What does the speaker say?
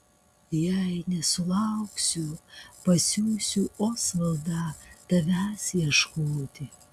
jei nesulauksiu pasiųsiu osvaldą tavęs ieškoti